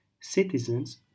citizens